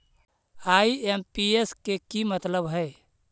IMPS के कि मतलब है?